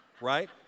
right